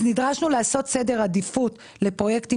נדרשנו לעשות סדר עדיפות לפרויקטים